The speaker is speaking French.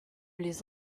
les